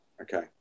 Okay